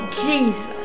Jesus